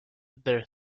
their